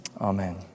Amen